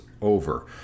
over